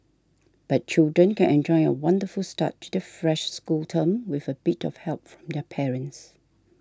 but children can enjoy a wonderful start to the fresh school term with a bit of help from their parents